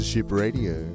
Radio